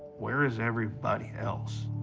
where is everybody else?